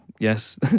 Yes